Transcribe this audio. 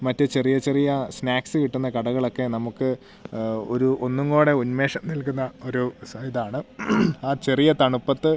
മറ്റു ചെറിയ ചെറിയ സ്നാക്സ് കിട്ടുന്ന കടകളൊക്കെ നമുക്ക് ഒരു ഒന്നും കൂടി ഉന്മേഷം നൽകുന്ന ഒരു ഇതാണ് ആ ചെറിയ തണുപ്പത്ത്